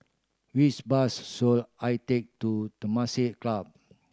which bus should I take to Temasek Club